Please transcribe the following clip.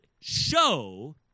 show